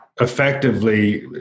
effectively